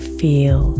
feel